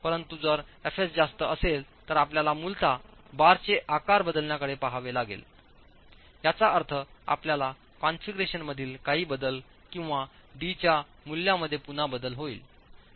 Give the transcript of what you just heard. परंतु जर fs जास्त असेल तर आपल्याला मूलतः बारचे आकार बदलण्याकडे पहावे लागेल याचा अर्थ आपल्या कॉन्फिगरेशनमधील काही बदल किंवा d' च्या मूल्यांमध्ये पुन्हा बदल होईल